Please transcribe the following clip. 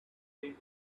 day